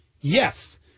yes